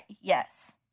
yes